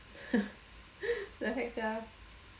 the heck sia